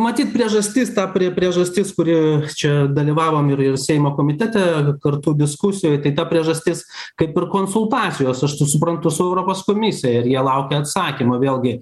matyt priežastis ta prie priežastis kuri čia dalyvavom ir ir seimo komitete kartu diskusijoj tai ta priežastis kaip ir konsultacijos aš su suprantu su europos komisija ir jie laukia atsakymo vėlgi